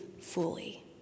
fully